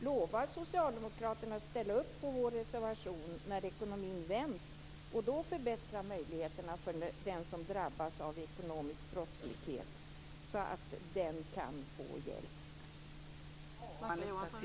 Lovar socialdemokraterna att ställa upp på vår reservation när ekonomin har vänt och då förbättra möjligheterna för den som drabbas av ekonomisk brottslighet så att han eller hon kan få hjälp?